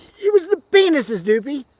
it was the penises doopey,